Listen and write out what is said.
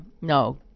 no